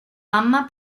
gamma